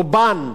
רובן,